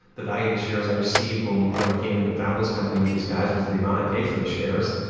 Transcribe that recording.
the value of the shares i received when when i came in to found this company with these guys was the amount i paid for the shares,